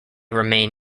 remain